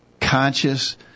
conscious